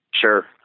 Sure